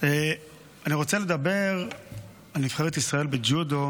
אני רוצה לדבר על נבחרת ישראל בג'ודו.